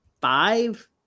five